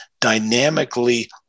dynamically